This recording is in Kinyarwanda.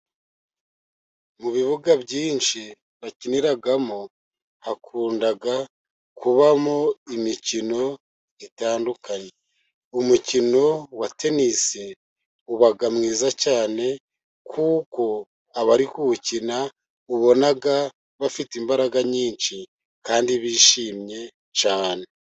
Mu bibuga byinshi bakiniramo hakunda kubamo imikino itandukanye. Umukino wa tenisi uba mwiza cyane kuko abari kuwukina ubona bafite imbaraga nyinshi kandi bishimye cyane.